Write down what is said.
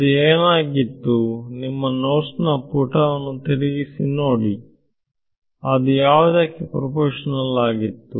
ಅದು ಏನಾಗಿತ್ತು ನಿಮ್ಮ ನೋಟ್ಸ್ ನ ಪುಟ ತಿರುಗಿಸಿ ನೋಡಿ ಅದು ಯಾವುದಕ್ಕೆ ಪ್ರೋಪೋಶನಲ್ ಆಗಿತ್ತು